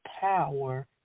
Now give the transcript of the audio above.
power